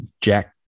Jack